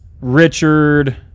Richard